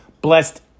blessed